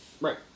Right